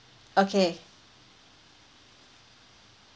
okay